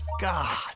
God